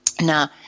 now